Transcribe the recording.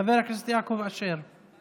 חבר הכנסת יעקב אשר.